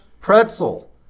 pretzel